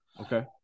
Okay